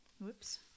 whoops